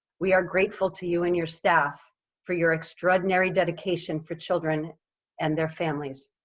we are grateful to you and your staff for your extraordinary dedication for children and their families.